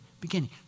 beginning